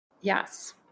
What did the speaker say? Yes